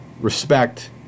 respect